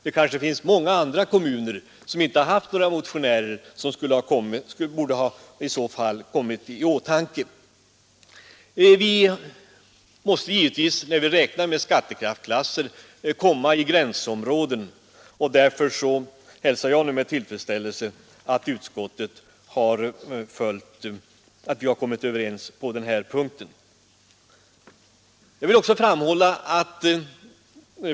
Det kanske finns andra kommuner, som inte har haft några motionärer och som i så fall kanske borde ha kommit i åtanke. Vi måste givetvis, när vi räknar med skattekraftsklasser, komma i gränsområden, och därför hälsar jag nu med tillfredsställelse att vi har kommit överens på den här punkten.